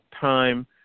time